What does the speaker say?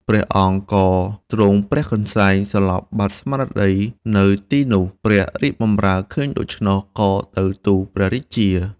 ព្រះអង្គក៏ទ្រង់ព្រះកន្សែងសន្លប់បាត់ស្មារតីនៅទីនោះ ព្រះរាជបម្រើឃើញដូច្នោះ ក៏ទៅទូលព្រះរាជា។